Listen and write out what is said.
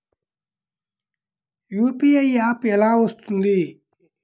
UPI app ఎలా వస్తుంది?